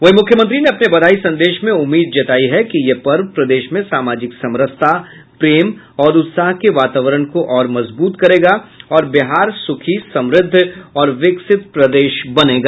वहीं मुख्यमंत्री ने अपने बधाई संदेश में उम्मीद जतायी कि यह पर्व प्रदेश में सामाजिक समरसता प्रेम और उत्साह के वातावरण को और मजबूत करेगा और बिहार सुखी समृद्ध और विकसित प्रदेश बनेगा